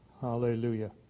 Hallelujah